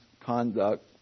conduct